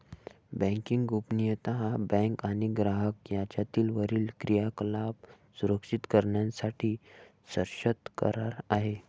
banking गोपनीयता हा bank आणि ग्राहक यांच्यातील वरील क्रियाकलाप सुरक्षित करण्यासाठी सशर्त करार आहे